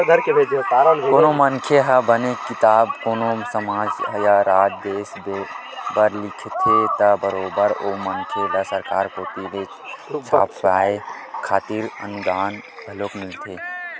कोनो मनखे ह बने किताब कोनो समाज या राज देस बर लिखथे त बरोबर ओ मनखे ल सरकार कोती ले छपवाय खातिर अनुदान घलोक मिलथे